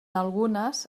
algunes